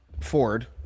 Ford